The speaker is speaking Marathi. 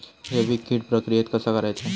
जैविक कीड प्रक्रियेक कसा करायचा?